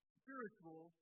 spiritual